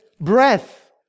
breath